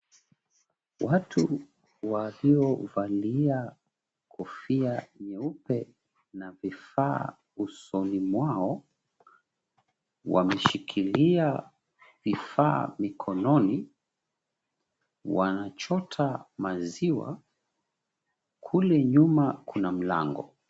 Watu waliovalia kofia nyeupe na vifaa usoni mwao, wameshikilia vifaa mikononi wanachota maziwa. Kule nyuma kuna mlango.